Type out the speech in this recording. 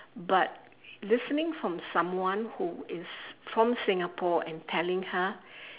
but listening from someone who is from Singapore and telling her